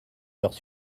heures